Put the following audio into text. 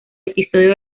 episodio